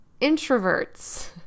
introverts